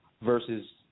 versus